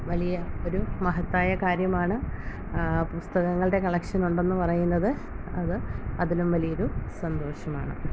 വലിയ ഒരു മഹത്തായ കാര്യമാണ് പുസ്തകങ്ങളുടെ കളക്ഷനുണ്ടെന്ന് പറയുന്നത് അത് അതിലും വലിയൊരു സന്തോഷമാണ്